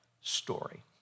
story